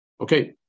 Okay